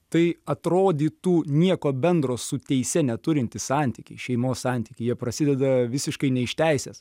tai atrodytų nieko bendro su teise neturintys santykiai šeimos santykiai jie prasideda visiškai ne iš teisės